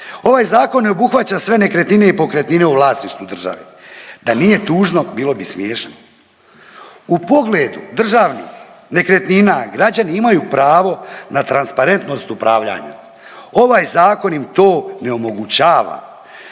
Ovaj Zakon ne obuhvaća sve nekretnine i pokretnine u vlasništvu države. Da nije tužno, bilo bi smiješno. U pogledu državnih nekretnina, građani imaju pravo na transparentnost upravljanja. Ovaj Zakon im to ne omogućava,